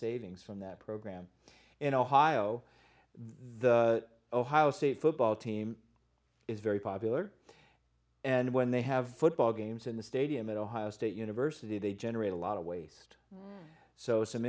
savings from that program in ohio the ohio state football team is very popular and when they have football games in the stadium at ohio state university they generate a lot of waste so some